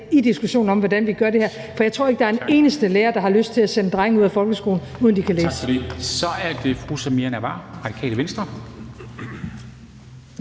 i diskussionen om, hvordan vi gør det her. For jeg tror ikke, der er en eneste lærer, der har lyst til at sende drenge ud af folkeskolen, uden at de kan læse. Kl. 23:43 Formanden (Henrik